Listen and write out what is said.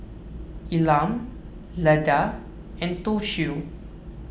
Elam Leda and Toshio